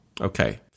Okay